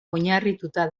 oinarrituta